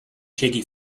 shaky